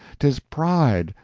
tis pride,